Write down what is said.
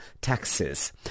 taxes